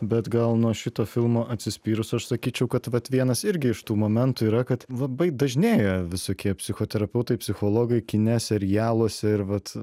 bet gal nuo šito filmo atsispyrus aš sakyčiau kad vat vienas irgi iš tų momentų yra kad labai dažnėja visokie psichoterapeutai psichologai kine serialuose ir vat